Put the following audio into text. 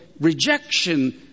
rejection